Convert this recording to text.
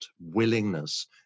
willingness